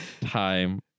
time